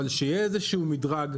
אבל שיהיה איזה שהוא מדרג.